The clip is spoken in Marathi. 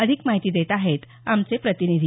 अधिक माहिती देत आहेत आमचे प्रतिनिधी